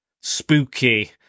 spooky